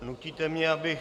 Nutíte mě, abych